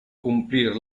cumplir